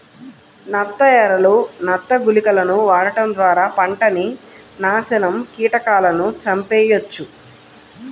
నత్త ఎరలు, నత్త గుళికలను వాడటం ద్వారా పంటని నాశనం కీటకాలను చంపెయ్యొచ్చు